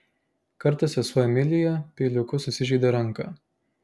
kartą sesuo emilija peiliuku susižeidė ranką